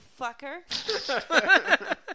fucker